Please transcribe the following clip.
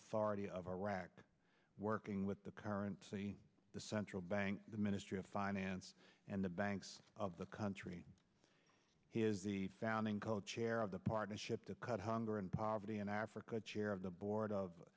authority of iraq working with the current the central bank the ministry of finance and the banks of the country he is the founding co chair of the partnership to cut hunger and poverty in africa chair of the board